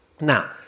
Now